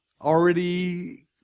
already